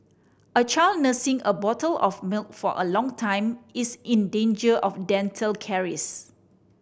a child nursing a bottle of milk for a long time is in danger of dental caries